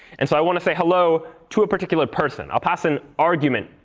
and so i want to say hello to a particular person. i'll pass an argument,